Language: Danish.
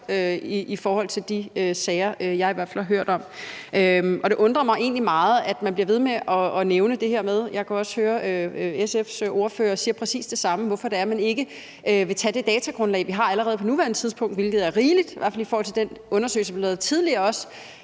i forhold til de sager, jeg i hvert fald har hørt om. Det undrer mig egentlig meget, at man bliver ved med at nævne det her med – jeg kan også høre, at SF's ordfører siger præcis det samme – at man ikke vil tage det datagrundlag, vi allerede har på nuværende tidspunkt, hvilket er rigeligt, i hvert fald i forhold til den undersøgelse, vi lavede tidligere, og